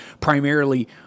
primarily